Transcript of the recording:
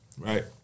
right